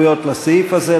לסעיף הזה.